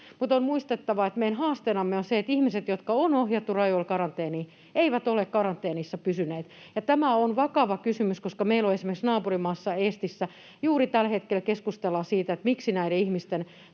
on muistettava, että meidän haasteenamme on se, että ihmiset, jotka on ohjattu rajoilla karanteeniin, eivät ole karanteenissa pysyneet, ja tämä on vakava kysymys. Esimerkiksi meidän naapurimaassamme Eestissä juuri tällä hetkellä keskustellaan siitä, miksi näiden ihmisten